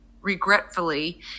regretfully